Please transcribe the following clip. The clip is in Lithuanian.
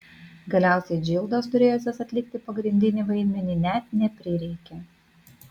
galiausiai džildos turėjusios atlikti pagrindinį vaidmenį net neprireikė